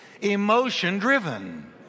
emotion-driven